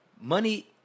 money